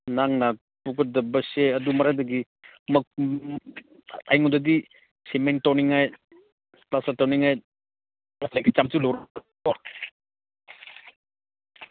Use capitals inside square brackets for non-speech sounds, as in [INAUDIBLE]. ꯅꯪꯅ ꯄꯨꯒꯗꯕꯁꯦ ꯑꯗꯨ ꯃꯔꯛꯇꯒꯤ [UNINTELLIGIBLE] ꯑꯩꯉꯣꯟꯗꯗꯤ ꯁꯤꯃꯦꯟ ꯇꯣꯠꯅꯤꯡꯉꯥꯏ ꯄ꯭ꯂꯥꯁꯇ꯭ꯔ ꯇꯧꯅꯤꯡꯉꯥꯏ [UNINTELLIGIBLE]